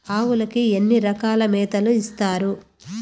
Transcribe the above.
ఆవులకి ఎన్ని రకాల మేతలు ఇస్తారు?